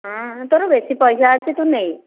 ହଁ ତୋର ବେଶୀ ପଇସା ଅଛି ତୁ ନେ